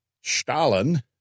Stalin